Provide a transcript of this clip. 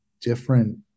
different